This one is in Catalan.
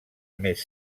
més